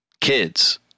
Kids